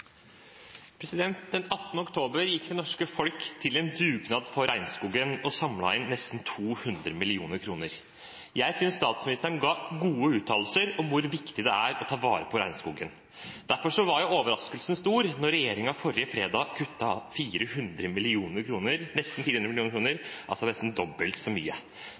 oktober gikk det norske folk til en dugnad for regnskogen og samlet inn nesten 200 mill. kr. Jeg synes statsministeren ga gode uttalelser om hvor viktig det er å ta vare på regnskogen. Derfor var overraskelsen stor da regjeringen forrige fredag kuttet nesten 400 mill. kr, altså nesten dobbelt så mye.